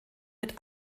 mit